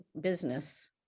business